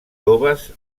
toves